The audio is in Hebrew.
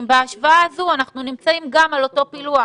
אם בהשוואה הזו אנחנו נמצאים גם על אותו פילוח.